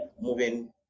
moving